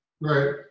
Right